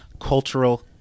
cultural